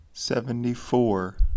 Seventy-four